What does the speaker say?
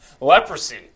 Leprosy